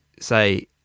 say